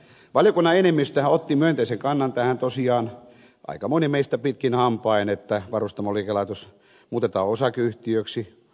valiokunnan enemmistöhän otti myönteisen kannan tosiaan tähän aika moni meistä pitkin hampain että varustamoliikelaitos muutetaan osakeyhtiöksi